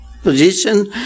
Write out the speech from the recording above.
position